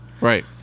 Right